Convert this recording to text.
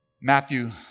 Matthew